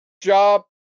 Job